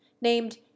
named